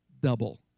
double